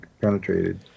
penetrated